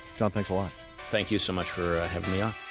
john, thanks a lot thank you so much for having me um